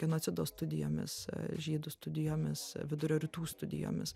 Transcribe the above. genocido studijomis žydų studijomis vidurio rytų studijomis